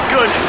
Good